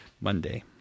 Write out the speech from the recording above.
Monday